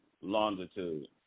Longitude